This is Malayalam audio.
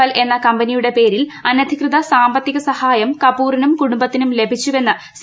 എൽ എന്ന കമ്പനിയുടെ പേരിൽ അനധികൃത സാമ്പത്തിക സഹായം കപൂറിനും കുടുംബത്തിനും ലഭിച്ചുവെതാണ് സി